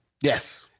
Yes